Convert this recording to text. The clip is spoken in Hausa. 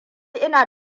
ina